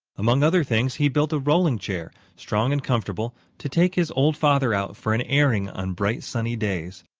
among other things, he built a rolling chair, strong and comfortable, to take his old father out for an airing on bright, sunny days.